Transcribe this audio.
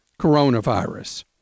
coronavirus